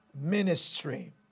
Ministry